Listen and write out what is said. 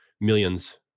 millions